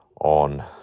on